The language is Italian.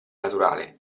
naturale